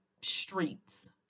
streets